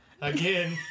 Again